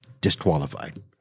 disqualified